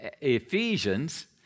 Ephesians